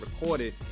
recorded